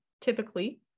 typically